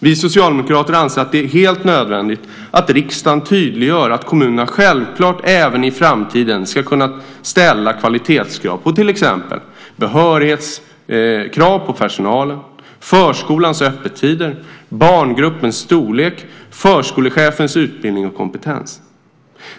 Vi socialdemokrater anser att det är helt nödvändigt att riksdagen tydliggör att kommunerna självklart även i framtiden ska kunna ställa kvalitetskrav när det gäller till exempel personalens behörighet, förskolans öppettider, barngruppens storlek och förskolechefens utbildning och kompetens.